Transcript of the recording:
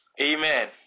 amen